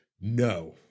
no